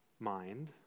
Mind